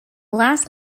last